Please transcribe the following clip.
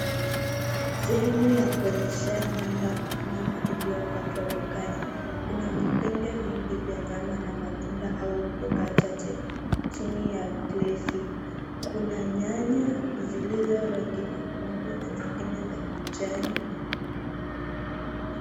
Sehemu ya kuonyeshea nyama iliyokatwa dukani. Kuna vipande vingi vya nyama na matunda au mboga chache chini ya glasi. Kuna nyanya zilizo rangi nyekundu na zingine za kijani.